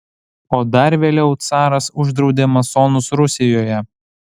o dar vėliau caras uždraudė masonus rusijoje